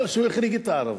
לא, שהוא החליק את הערבים.